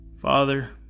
Father